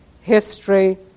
history